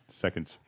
Seconds